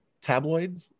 tabloid